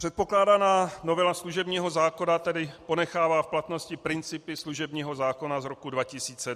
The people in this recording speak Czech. Předkládaná novela služebního zákona tedy ponechává v platnosti principy služebního zákona z roku 2002.